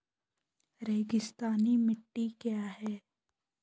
रेगिस्तानी मिट्टी क्या है?